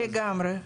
לגמרי.